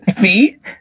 Feet